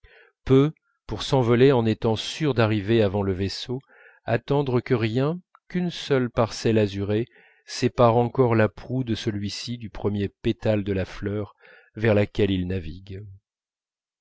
peut pour s'envoler en étant sûr d'arriver avant le vaisseau attendre que rien qu'une seule parcelle azurée sépare encore la proue de celui-ci du premier pétale de la fleur vers laquelle il navigue